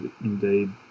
indeed